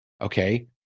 okay